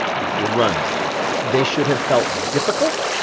your runs they should have felt difficult.